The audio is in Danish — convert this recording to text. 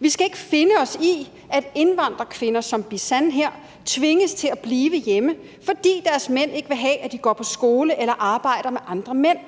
Vi skal ikke findes os i, at indvandrerkvinder som Bisan her tvinges til at blive hjemme, fordi deres mænd ikke vil have, at de går på skole eller arbejder med andre mænd.